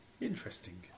interesting